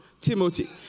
Timothy